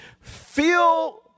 feel